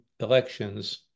elections